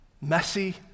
Messy